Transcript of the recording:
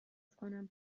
کنم